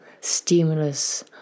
stimulus